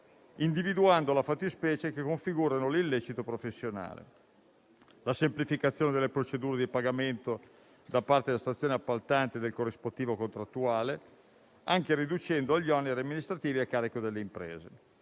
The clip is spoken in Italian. individuando le fattispecie che configurano l'illecito professionale; ancora, la semplificazione delle procedure di pagamento da parte delle stazioni appaltanti del corrispettivo contrattuale, anche riducendo gli oneri amministrativi a carico delle imprese.